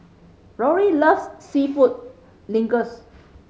Lori loves Seafood Linguines